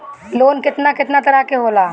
Loan केतना केतना तरह के होला?